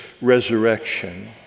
resurrection